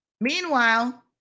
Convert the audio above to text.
Meanwhile